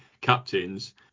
captains